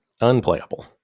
Unplayable